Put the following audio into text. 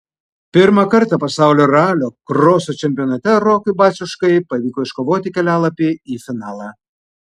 pirmą kartą pasaulio ralio kroso čempionate rokui baciuškai pavyko iškovoti kelialapį į finalą